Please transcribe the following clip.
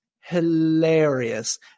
hilarious